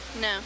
No